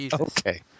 Okay